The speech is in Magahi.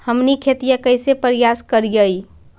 हमनी खेतीया कइसे परियास करियय?